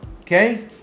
okay